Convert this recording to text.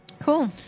Cool